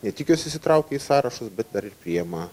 ne tik juos įsitraukia į sąrašus bet dar ir priima